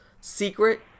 secret